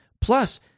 Plus